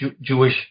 Jewish